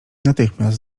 natychmiast